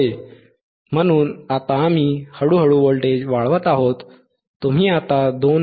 होय म्हणून आता आम्ही हळूहळू व्होल्टेज वाढवत आहोत तुम्ही आता 2